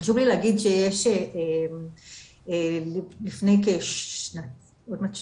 חשוב לי להגיד שיש לפני עוד מעט שנתיים,